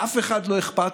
לאף אחד לא אכפת.